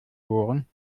ohren